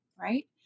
Right